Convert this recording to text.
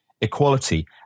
equality